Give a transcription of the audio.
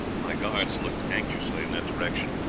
my guards looked anxiously in that direction,